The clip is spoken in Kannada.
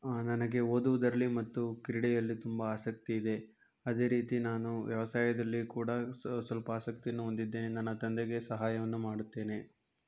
ನನಗೆ ಓದುವುದರಲ್ಲಿ ಮತ್ತು ಕ್ರೀಡೆಯಲ್ಲಿ ತುಂಬ ಆಸಕ್ತಿಯಿದೆ ಅದೇ ರೀತಿ ನಾನು ವ್ಯವಸಾಯದಲ್ಲಿ ಕೂಡ ಸ್ವಲ್ಪ ಆಸಕ್ತಿಯನ್ನು ಹೊಂದಿದ್ದೇನೆ ನನ್ನ ತಂದೆಗೆ ಸಹಾಯವನ್ನು ಮಾಡುತ್ತೇನೆ